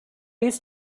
used